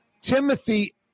Timothy